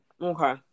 Okay